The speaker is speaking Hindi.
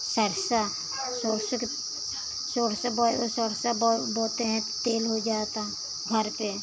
सरसों सरसों के सरसों बोए ओ सरसों बोए बाेते हैं तो तेल होइ जाता घर पे